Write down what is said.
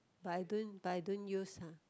but I don't but I don't use [huh]